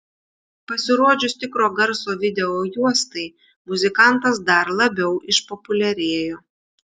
pasirodžius tikro garso videojuostai muzikantas dar labiau išpopuliarėjo